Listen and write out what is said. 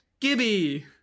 Gibby